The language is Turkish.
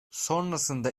sonrasında